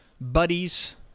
buddies